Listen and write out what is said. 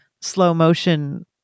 slow-motion